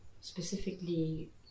specifically